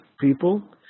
people